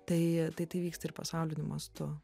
tai tai vyksta ir pasauliniu mastu